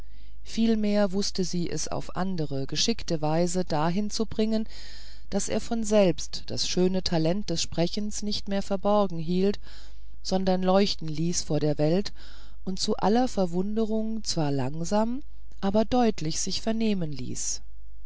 vielmehr wußte sie es auf andere geschickte weise dahin zu bringen daß er von selbst das schöne talent des sprechens nicht mehr verborgen hielt sondern leuchten ließ vor der welt und zu aller verwunderung zwar langsam aber deutlich sich vernehmen ließ